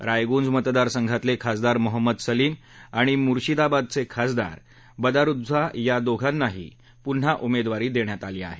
रायगुंज मतदारसंघातले खासदार मोहम्मद सलीम आणि मुशिंदाबादचे खासदार बदारुद्दोझा या दोघांनाही पुन्हा उमेदवारी देण्यात आली आहे